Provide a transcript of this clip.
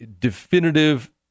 definitive